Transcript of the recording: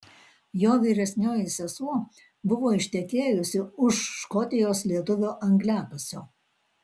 jo vyresnioji sesuo buvo ištekėjusi už škotijos lietuvio angliakasio